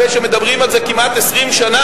אחרי שמדברים על זה כמעט 20 שנה,